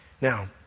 Now